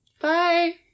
Bye